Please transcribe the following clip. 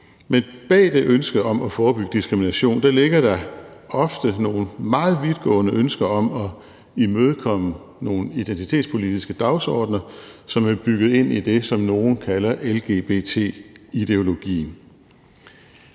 Men bag det ønske om at forebygge diskrimination ligger der ofte nogle meget vidtgående ønsker om at imødekomme nogle identitetspolitiske dagsordener, som er bygget ind i det, som nogle kalder lgbt-ideologien.